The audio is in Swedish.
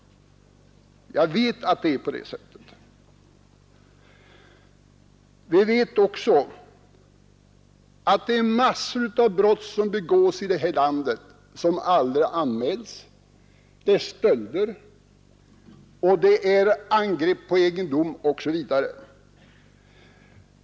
Jag vet att det faktiskt är på det sättet. Vi vet också att massor av brott som begås i det här landet aldrig anmäls, det är stölder, det är angrepp på egendom osv.